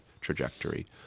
trajectory